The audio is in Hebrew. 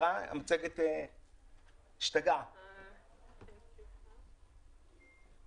אין ספק שבעיר שהיא עומדת באשכול סוציו אקונומי 2,